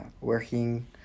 working